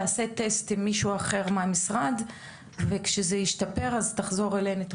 תעשה טסט עם מישהו אחר מהמשרד וכשזה ישתפר תחזור אלינו.